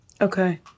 okay